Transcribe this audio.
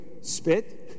spit